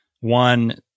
one